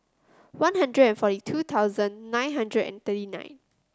One Hundred and forty two thousand nine hundred and thirty nine